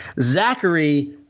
Zachary